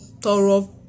thorough